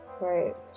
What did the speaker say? Right